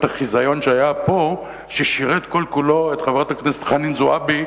החיזיון שהיה פה ששירת כל-כולו את חברת הכנסת חנין זועבי,